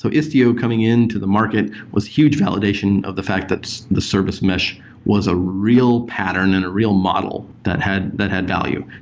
so istio coming in to the market was a huge validation of the fact that the service mesh was a real pattern and a real model that had that had value.